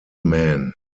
men